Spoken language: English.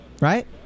right